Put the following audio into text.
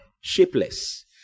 Shapeless